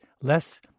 less